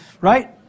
right